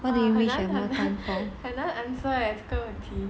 what do you wish you have more time for